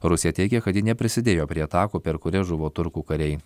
rusija teigia kad ji neprisidėjo prie atakų per kurias žuvo turkų kariai